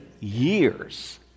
years